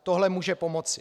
Tohle může pomoci.